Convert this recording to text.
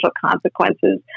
consequences